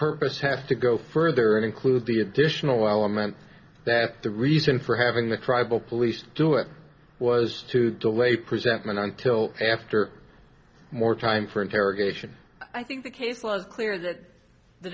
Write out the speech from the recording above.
purpose has to go further and include the additional element that the reason for having the tribal police do it was to delay presentment until after more time for interrogation i think the case was clear that the